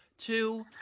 Two